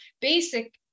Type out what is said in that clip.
basic